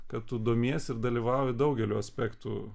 kad tu domiesi ir dalyvauji daugeliu aspektų